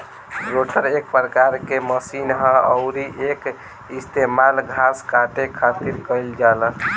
rotor एक प्रकार के मशीन ह अउरी एकर इस्तेमाल घास काटे खातिर कईल जाला